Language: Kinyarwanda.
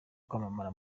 kwamamara